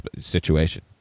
situation